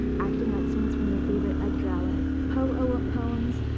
acting out scenes from their favorite edgar allan poe ah poems,